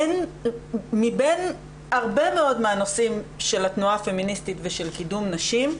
ומבין הרבה מאוד מהנושאים של התנועה הפמיניסטית ושל קידום נשים,